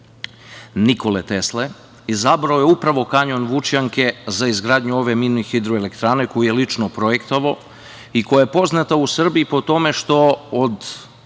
Nikole Tesle, izabrao je upravo kanjon Vučjanke za izgradnju ove mini hidroelektrane koju je lično projektovao i koja je poznata u Srbiji po tome što od